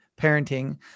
parenting